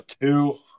Two